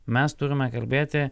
mes turime kalbėti